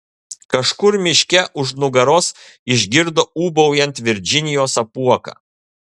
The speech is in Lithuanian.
kažkur miške už nugaros išgirdo ūbaujant virdžinijos apuoką